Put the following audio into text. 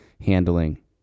handling